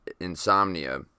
insomnia